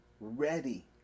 Ready